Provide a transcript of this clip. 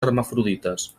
hermafrodites